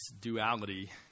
duality